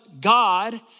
God